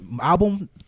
album